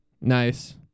Nice